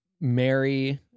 Mary